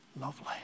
lovely